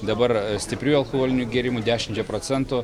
dabar stipriųjų alkoholinių gėrimų dešimčia procentų